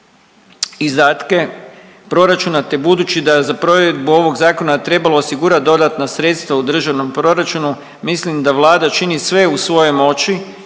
izdatke proračunate budući da je za provedbu ovog zakona trebalo osigurati dodatna sredstva u državnom proračunu mislim da Vlada čini sve u svojoj moći